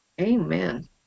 Amen